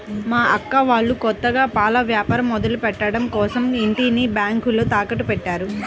మా అక్క వాళ్ళు కొత్తగా పాల వ్యాపారం మొదలుపెట్టడం కోసరం ఇంటిని బ్యేంకులో తాకట్టుపెట్టారు